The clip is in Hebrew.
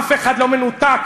אף אחד לא מנותק,